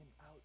out